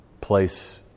place